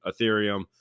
Ethereum